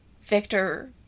Victor